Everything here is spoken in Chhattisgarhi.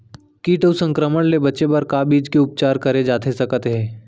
किट अऊ संक्रमण ले बचे बर का बीज के उपचार करे जाथे सकत हे?